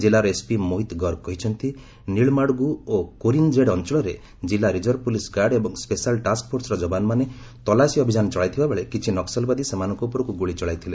ଜିଲ୍ଲାର ଏସ୍ପି ମୋହିତ ଗର୍ଗ କହିଛନ୍ତି ନୀଳମାଡଗୁ ଓ କୋରିନ୍ଜେଡ୍ ଅଞ୍ଚଳରେ କିଲ୍ଲା ରିଜର୍ଭ ପୁଲିସ୍ ଗାର୍ଡ ଏବଂ ସ୍କେଶାଲ୍ ଟାସ୍କଫୋର୍ସର ଯବାନମାନେ ତଲାସୀ ଅଭିଯାନ ଚଳାଇଥିବା ବେଳେ କିଛି ନକ୍କଲବାଦୀ ସେମାନଙ୍କ ଉପରକୁ ଗୁଳି ଚଳାଇଥିଲେ